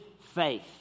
faith